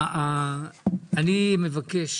אני מבקש